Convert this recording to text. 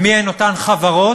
ומי הן אותן חברות